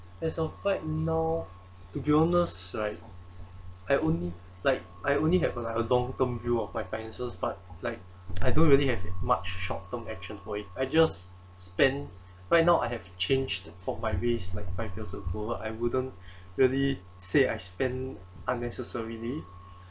as of right now to be honest right I only like I only have a like a long term view of my finances but like I don't really have much short term action I just spend right now I have changed for my ways like five years ago I wouldn't really say I spend unnecessarily